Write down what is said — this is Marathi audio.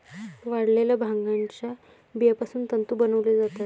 वाळलेल्या भांगाच्या बियापासून तंतू बनवले जातात